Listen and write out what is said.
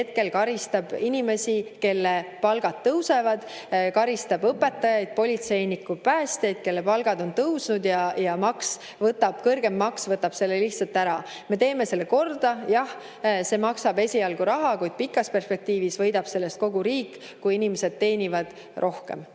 hetkel karistab inimesi, kelle palk tõuseb. Karistab õpetajaid, politseinikke, päästjaid, kelle palk on tõusnud, ja kõrgem maks võtab selle [palgatõusu] lihtsalt ära. Me teeme selle korda. Jah, see maksab esialgu raha, kuid pikas perspektiivis võidab sellest kogu riik, kui inimesed teenivad rohkem.